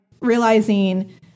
realizing